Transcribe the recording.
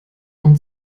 und